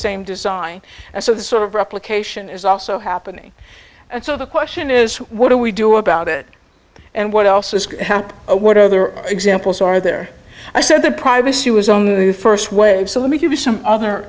same design and so the sort of replication is also happening and so the question is what do we do about it and what else is what are there examples are there i said the privacy was on the first wave so let me give you some other